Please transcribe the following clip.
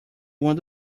one